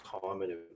common